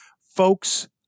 folks